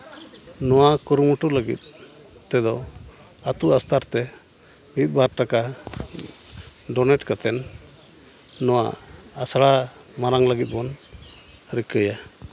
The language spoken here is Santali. ᱱᱚᱣᱟ ᱠᱩᱨᱩᱢᱩᱴᱩ ᱞᱟᱹᱜᱤᱫ ᱛᱮᱫᱚ ᱟᱛᱳ ᱟᱥᱛᱷᱟᱨ ᱛᱮ ᱢᱤᱫ ᱵᱟᱨ ᱴᱟᱠᱟ ᱰᱳᱱᱮᱴ ᱠᱟᱛᱮ ᱱᱚᱣᱟ ᱟᱥᱲᱟ ᱢᱟᱨᱟᱝ ᱞᱟᱹᱜᱤᱫ ᱵᱚᱱ ᱨᱤᱠᱟᱹᱭᱟ